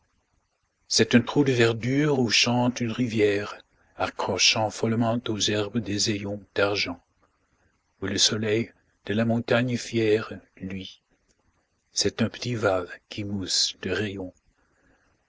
c'est un trou de verdure où chante une rivière accrochant follement aux herbes des haillons d'argent où le soleil de la montagne fière luit c'est un petit aval qui mousse de rayons